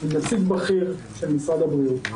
עם נציג בכיר של משרד הבריאות,